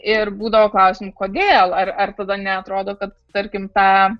ir būdavo klausimų kodėl ar ar tada neatrodo kad tarkim tą